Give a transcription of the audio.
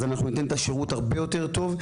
אז אנחנו נותנים את השירות הרבה יותר טוב.